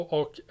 och